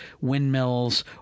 windmills